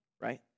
right